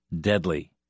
deadly